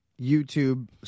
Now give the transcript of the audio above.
YouTube